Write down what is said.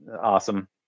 Awesome